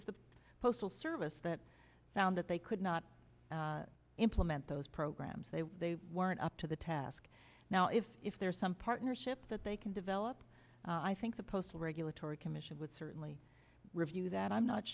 was the postal service that found that they could not implement those programs they weren't up to the task now if if there is some partnership that they can develop i think the postal regulatory commission would certainly review that i'm not